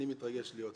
אני מתרגש להיות פה.